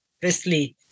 firstly